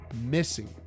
missing